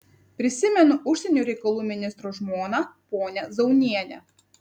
prisimenu užsienio reikalų ministro žmoną ponią zaunienę